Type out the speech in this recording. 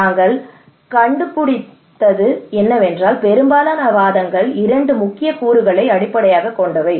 நாங்கள் கண்டுபிடித்தது என்னவென்றால் பெரும்பாலான வாதங்கள் இரண்டு முக்கிய கூறுகளை அடிப்படையாகக் கொண்டவை